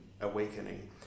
awakening